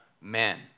men